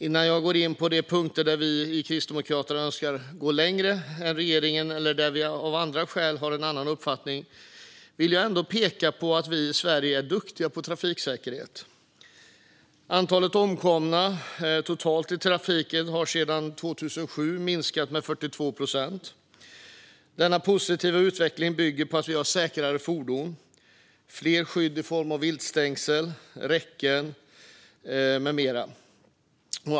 Innan jag går in på de punkter där vi i Kristdemokraterna önskar gå längre än regeringen, eller där vi av andra skäl har en annan uppfattning än regeringen, vill jag ändå peka på att vi i Sverige är duktiga på trafiksäkerhet. Antalet omkomna totalt i trafiken har sedan 2007 minskat med 42 procent. Denna positiva utveckling bygger på att vi har säkrare fordon och fler skydd i form av viltstängsel, räcken med mera.